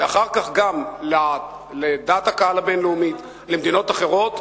ואחר כך גם לדעת הקהל הבין-לאומית ולמדינות אחרות,